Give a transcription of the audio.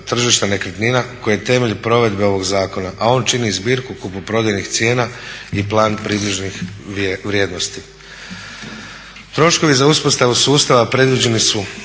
tržišta nekretnina koji je temelj provedbe ovog zakona a on čini zbirku kupoprodajnih cijena i plan približnih vrijednosti. Troškovi za uspostavu sustava predviđeni su